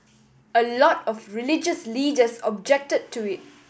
a lot of religious leaders objected to it